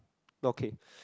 okay